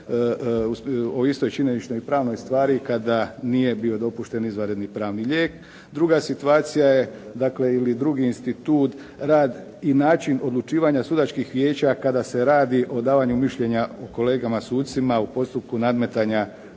o istoj činjeničnoj i pravnoj stvari kada nije bio dopušten izvanredni pravni lijek. Druga situacija je, dakle ili drugi institut rad i način odlučivanja sudačkih vijeća kada se radi o davanju mišljenje o kolegama sucima u postupku nadmetanja